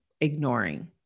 ignoring